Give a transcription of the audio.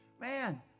Man